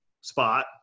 spot